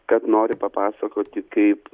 kad nori papasakoti kaip